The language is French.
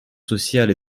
sociale